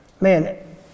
Man